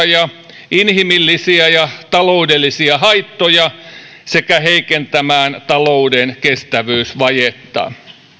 ja inhimillisiä ja taloudellisia haittoja sekä heikentämään talouden kestävyysvajetta